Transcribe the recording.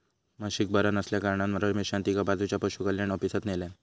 म्हशीक बरा नसल्याकारणान रमेशान तिका बाजूच्या पशुकल्याण ऑफिसात न्हेल्यान